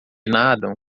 nadam